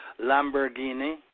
Lamborghini